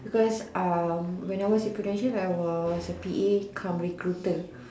because um when I was in Prudential I was a P_A cum recruiter